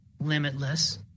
limitless